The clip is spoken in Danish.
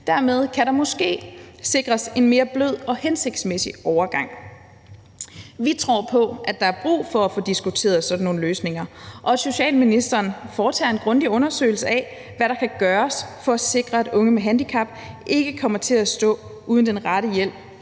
Dermed kan der måske sikres en mere blød og hensigtsmæssig overgang. Vi tror på, at der er brug for at få diskuteret sådan nogle løsninger, og at socialministeren foretager en grundig undersøgelse af, hvad der kan gøres for at sikre, at unge med handicap ikke kommer til at stå uden den rette hjælp,